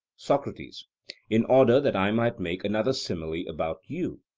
socrates in order that i might make another simile about you.